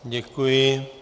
Děkuji.